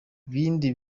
bindi